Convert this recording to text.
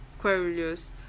querulous